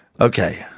okay